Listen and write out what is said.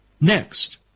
Next